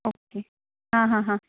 okay आं हां आं